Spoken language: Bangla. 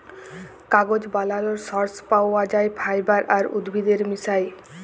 কাগজ বালালর সর্স পাউয়া যায় ফাইবার আর উদ্ভিদের মিশায়